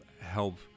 help